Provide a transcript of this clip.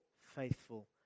faithful